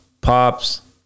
pops